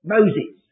Moses